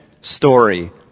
story